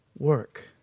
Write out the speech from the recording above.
Work